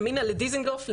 ימינה לדיזנגוף,